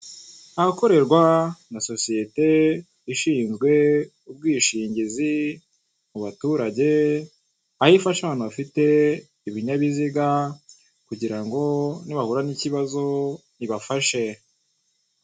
Ahakorerwa na sosiyete ishinzwe ubwishingizi mu baturage, aho ifasha abantu bafite ibinyabiziga kugira ngo nibahura n'ikibazo ibafashe.